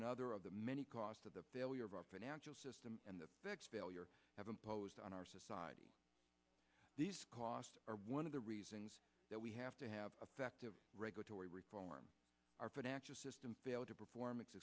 another of the many cost of the failure of our financial system and the have imposed on our society these costs are one of the reasons that we have to have affective regulatory reform our financial system failed to perform it